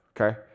Okay